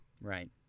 right